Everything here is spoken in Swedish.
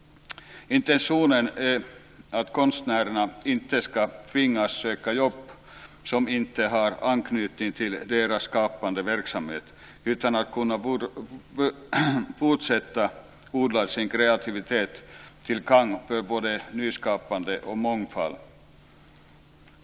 En intention är att konstnärerna inte ska tvingas söka jobb som inte har anknytning till deras skapande verksamhet, utan de ska kunna fortsätta att odla sin kreativitet, till gagn för både nyskapande och mångfald.